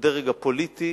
הדרג הפוליטי